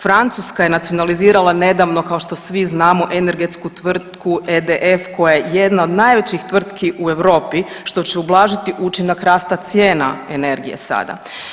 Francuska je nacionalizirala nedavno kao što svi znamo energetsku tvrtku EDF koja je jedna od najvećih tvrtki u Europi što će ublažiti učinak rasta cijena energije sada.